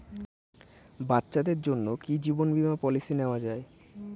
বাচ্চাদের জন্য কি জীবন বীমা পলিসি নেওয়া যায়?